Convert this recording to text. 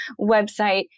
website